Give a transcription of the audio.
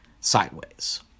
sideways